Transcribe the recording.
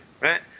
Right